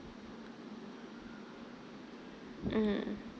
mm